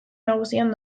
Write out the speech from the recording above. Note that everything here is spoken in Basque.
nagusian